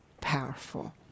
powerful